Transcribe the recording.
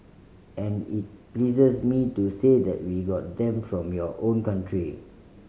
and it pleases me to say that we got them from your own country